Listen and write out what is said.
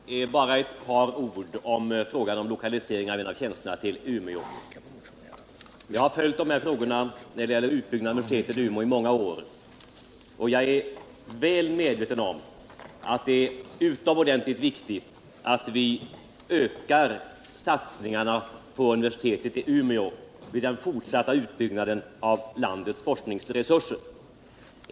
Herr talman! Bara ett par ord om lokaliseringen av en av tjänsterna till Umeå. Jag har följt dessa frågor i samband med utbyggnaden av Umeå universitet i många år, och jag är väl medveten om att det är utomordentligt viktigt att satsningarna på universitetet i Umeå ökar vid den fortsatta utbyggnaden av landets forskningsresurser.